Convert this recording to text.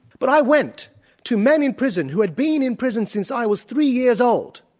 but i went to men in prison, who had been in prison since i was three years old,